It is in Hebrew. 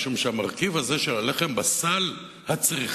משום שהמרכיב הזה של הלחם בסל הצריכה